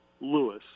Lewis